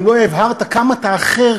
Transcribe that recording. אם לא הבהרת כמה אתה אחר,